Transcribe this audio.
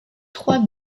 trois